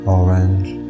orange